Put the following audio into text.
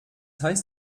heißt